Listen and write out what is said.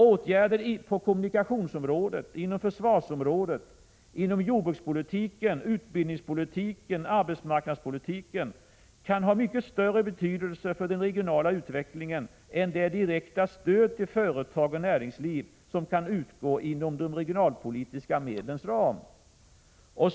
Åtgärder på kommunikationsområdet, inom försvarsområdet, inom jordbrukspolitiken, utbildningspolitiken, arbetsmarknadspolitiken kan ha mycket större betydelse för den regionala utvecklingen än det direkta stöd till företag och näringsliv som kan utgå inom de regionalpolitiska medlens ram.